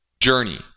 journey